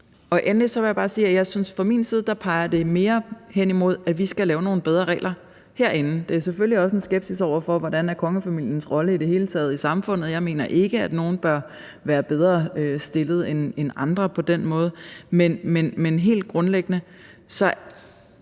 fra min side synes det at pege mere hen imod, at vi herinde skal lave nogle bedre regler. Vi har selvfølgelig også en skepsis over for kongefamiliens rolle i det hele taget i samfundet. Jeg mener ikke, at nogen bør være bedre stillet end andre på den måde. Helt grundlæggende